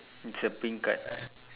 it's a pink card